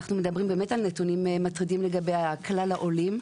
אנחנו מדברים באמת על נתונים מטרידים לגבי כלל העולים,